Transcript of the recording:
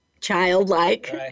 childlike